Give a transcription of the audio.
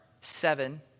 seven